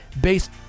Based